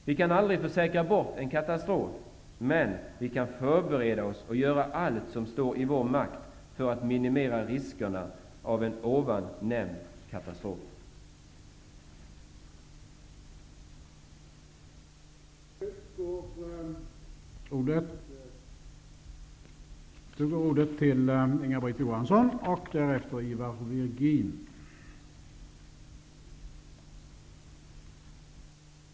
Vi kan aldrig försäkra bort en katastrof, men vi kan förbereda oss och göra allt som står i vår makt för att minimera riskerna av en sådan katastrof som jag har nämnt.